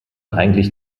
eigentlich